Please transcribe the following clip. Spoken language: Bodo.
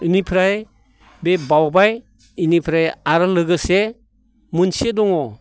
इनिफ्राय बे बाउबाय इनिफ्राय आर' लोगोसे मोनसे दङ